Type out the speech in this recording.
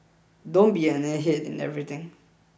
don't be an airhead in everything